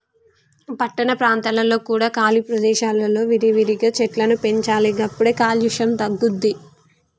పట్టణ ప్రాంతాలలో కూడా ఖాళీ ప్రదేశాలలో విరివిగా చెట్లను పెంచాలి గప్పుడే కాలుష్యం తగ్గుద్ది